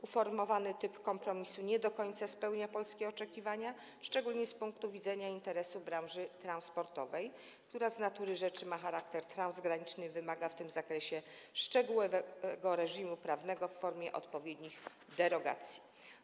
Uformowany typ kompromisu nie do końca spełnia polskie oczekiwania, szczególnie z punktu widzenia interesu branży transportowej, która z natury rzeczy ma charakter transgraniczny i wymaga w tym zakresie szczegółowego reżimu prawnego w formie odpowiednich derogacji.